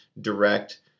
direct